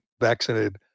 vaccinated